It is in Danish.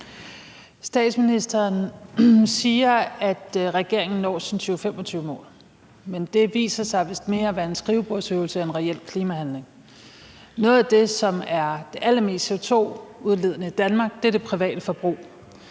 Statsministeren siger, at regeringen når sine 2025-mål, men det viser sig vist mere at være en skrivebordsøvelse end reel klimahandling. Noget af det, som er det allermest CO2-udledende i Danmark, er det private forbrug.